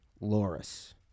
Loris